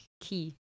key